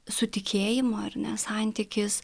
su tikėjimu ar ne santykis